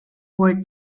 were